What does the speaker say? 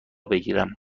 بگیرم